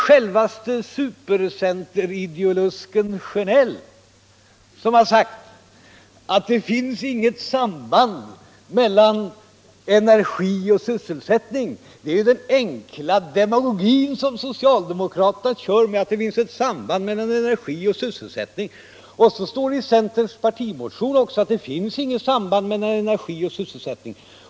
Självaste ”supercenterideolusken” herr Sjönell har sagt att det finns inget samband mellan energi och sysselsättning. Det är bara en enkel demagogi som socialdemokraterna kör med att det finns ett sådant samband. I centerns partimotion står också att det inte finns något samband mellan energi och sysselsättning.